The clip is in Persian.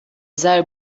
ذره